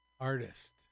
Artist